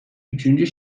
üçüncü